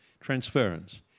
transference